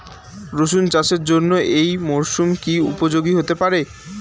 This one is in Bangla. রসুন চাষের জন্য এই মরসুম কি উপযোগী হতে পারে?